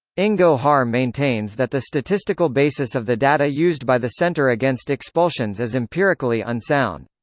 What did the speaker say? ingo haar maintains that the statistical basis of the data used by the centre against expulsions is empirically unsound.